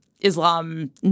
Islam